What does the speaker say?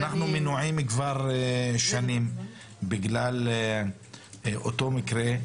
אנחנו מנועים כבר שנים בגלל אותו מקרה,